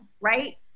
right